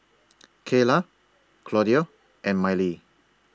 Kaela Claudio and Mylee